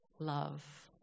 love